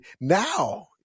now